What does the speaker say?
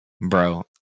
bro